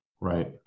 Right